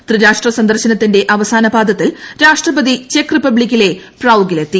ത്രിരാഷ്ട്ര സന്ദർശനത്തിന്റെ അവസാനപാദത്തിൽ രാഷ്ട്രപതി ചെക്ക് റിപ്പബ്ലിക്കിലെ പ്രൌഗിലെത്തി